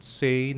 say